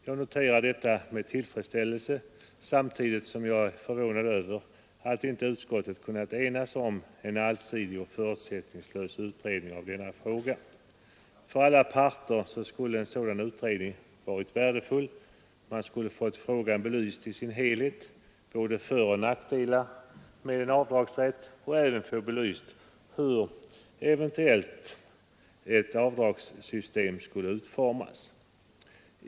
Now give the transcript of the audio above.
Jag noterar detta med tillfredsställelse, samtidigt som jag är förvånad över att inte utskottet kunnat enas om en allsidig och förutsättningslös utredning av denna fråga. För alla parter skulle en sådan utredning varit värdefull. Man skulle ha fått frågan i dess helhet belyst, man skulle ha fått både föroch nackdelar med en avdragsrätt kartlagda och man skulle även ha fått utrett hur ett eventuellt avdragssystem skulle utformas.